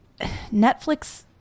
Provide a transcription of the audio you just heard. Netflix